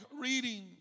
Reading